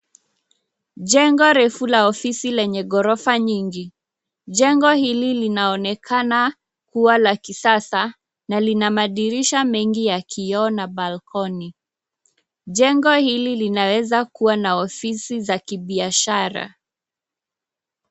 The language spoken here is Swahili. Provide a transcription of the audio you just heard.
Jengo refu la ofisi lenye ghorofa nyingi. Jengo hili linaonekana kuwa la kisasa na lina madirisha mengi ya kioo na balkoni. Jengo hili linaweza kuwa na ofisi za kibiashara.